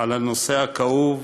על הנושא הכאוב